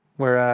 where ah,